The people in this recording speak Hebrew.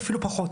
אפילו פחות,